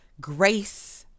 grace